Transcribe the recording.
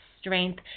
strength